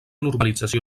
normalització